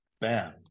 bam